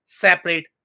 separate